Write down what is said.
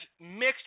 mixed